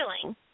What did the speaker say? feeling